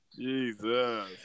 Jesus